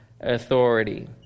authority